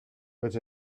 but